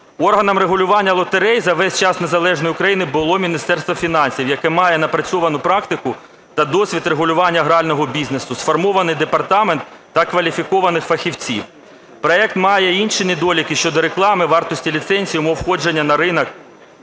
Органом регулювання лотерей за весь час незалежної України було Міністерство фінансів, яке має напрацьовану практику та досвід регулювання грального бізнесу, сформований департамент та кваліфікованих фахівців. Проект має інші недоліки щодо реклами, вартості ліцензій, умов входження на ринок,